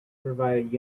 provide